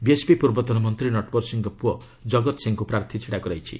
BSP ପୂର୍ବତନ ମନ୍ତ୍ରୀ ନଟବର ସିଂଙ୍କ ପୁଅ ଜଗତ ସିଂଙ୍କୁ ପ୍ରାର୍ଥୀ ଛିଡ଼ା କରାଯାଇଛି